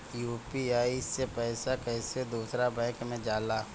UPI से पैसा कैसे दूसरा बैंक मे जाला?